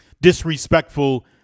disrespectful